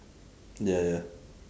ya ya